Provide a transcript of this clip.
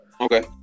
Okay